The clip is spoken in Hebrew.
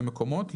למקומות,